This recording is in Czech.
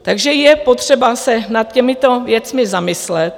Takže je potřeba se nad těmito věcmi zamyslet.